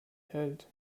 hält